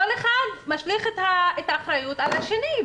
כל אחד משליך את האחריות על השני,